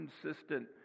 consistent